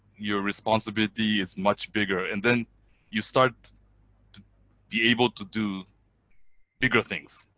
your responsibility is much bigger. and then you start to be able to do bigger things.